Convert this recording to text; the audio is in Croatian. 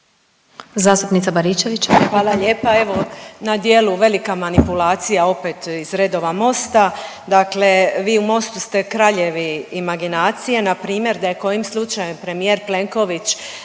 Danica (HDZ)** Hvala lijepo. Evo na djelu velika manipulacija opet iz redova Mosta. Dakle, vi u Mostu ste kraljevi imaginacije. Na primjer da je kojim slučajem premijer Plenković